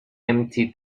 empty